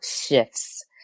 shifts